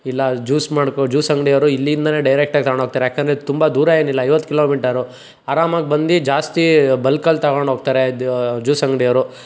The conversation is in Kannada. ಇಲ್ಲ ಜ್ಯೂಸ್ ಮಾಡ್ಕೋ ಜ್ಯೂಸ್ ಅಂಗಡಿಯವ್ರು ಇಲ್ಲಿಂದ ಡೈರೆಕ್ಟಾಗಿ ತಗೊಂಡು ಹೋಗ್ತರೆ ಯಾಕಂದರೆ ತುಂಬ ದೂರ ಏನಿಲ್ಲ ಐವತ್ತು ಕಿಲೋಮೀಟರು ಆರಾಮಗ್ ಬಂದು ಜಾಸ್ತಿ ಬಲ್ಕಲ್ಲಿ ತಗೊಂಡು ಹೋಗ್ತರೆ ದಾ ಜ್ಯೂಸ್ ಅಂಗಡಿಯವ್ರು